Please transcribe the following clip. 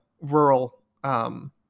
rural